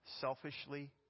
selfishly